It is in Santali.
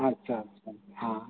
ᱟᱪᱪᱷᱟ ᱟᱪᱪᱷᱟ ᱦᱟᱸ